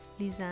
Lizanne